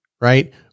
right